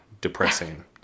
depressing